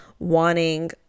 wanting